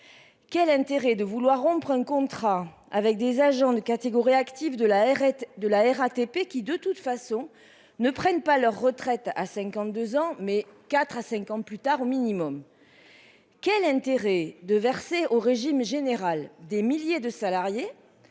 l'intérêt de vouloir rompre un contrat avec des agents de catégorie active de la RATP qui, de toute façon, ne prennent pas leur retraite à 52 ans, mais au minimum quatre ou cinq ans plus tard ? Quel est l'intérêt de verser au régime général des milliers de salariés,